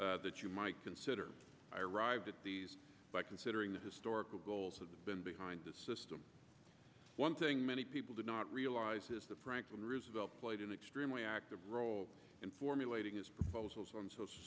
that you might consider i arrived at these by considering the historical goals of the been behind the system one thing many people do not realize is that franklin roosevelt played an extremely active role in formulating his proposals on social